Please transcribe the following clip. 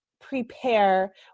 prepare